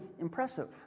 Impressive